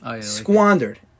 squandered